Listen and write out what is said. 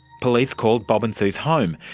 police called bob and sue's home.